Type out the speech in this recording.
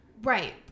Right